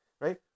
Right